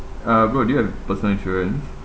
uh Goh do you have personal insurance